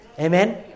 Amen